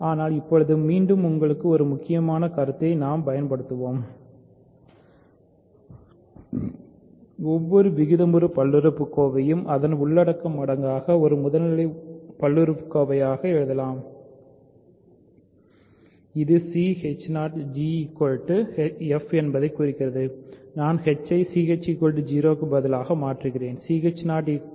ஆனால் இப்போது மீண்டும் எங்கள் முக்கியமான கருத்தை நாம் பயன்படுத்துகிறோம் ஒவ்வொரு விகிதமுறு பல்லுறுப்புக்கோவையும் அதன் உள்ளடக்க மடங்காக ஒரு முதல்நிலை பல்லுறுப்புக்கோவையாக எழுதப்படலாம் இது c g f என்பதை குறிக்கிறது நான் h ஐ ch 0 க்கு பதிலாக மாற்றுகிறேன் c g f